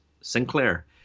Sinclair